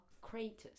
Craters